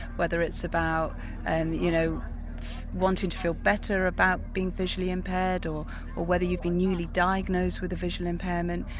whether it's about and you know wanting to feel better about being visually impaired or or whether you've been newly diagnosed with a visual impairment.